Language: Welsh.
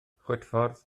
chwitffordd